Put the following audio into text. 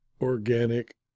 organic